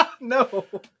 No